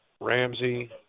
Ramsey